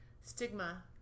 stigma